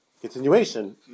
Continuation